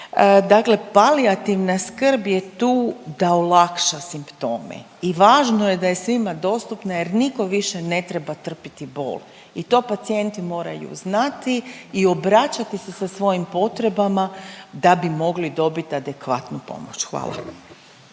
Dakle, palijativna skrb je tu da olakša simptome i važno je da je svima dostupna jer niko više ne treba trpiti bol i to pacijenti moraju znati i obraćati se sa svojim potrebama da bi mogli dobit adekvatnu pomoć, hvala.